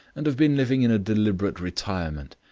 and have been living in a deliberate retirement.